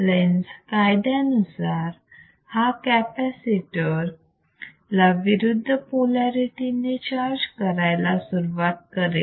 Lenz lenz's कायद्यानुसार हा capacitor ला विरुद्ध पोलारिटी ने चार्ज करायला सुरुवात करेल